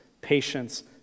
patience